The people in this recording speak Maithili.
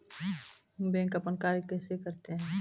बैंक अपन कार्य कैसे करते है?